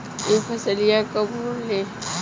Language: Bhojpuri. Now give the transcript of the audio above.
यह फसलिया कब होले?